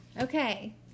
okay